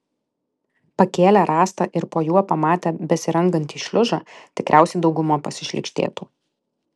pakėlę rąstą ir po juo pamatę besirangantį šliužą tikriausiai dauguma pasišlykštėtų